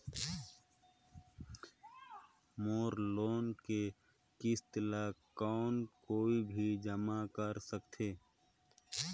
मोर loan के किस्त ल कौन कोई भी जमा कर सकथे?